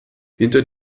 hinter